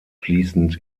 fließend